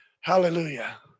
Hallelujah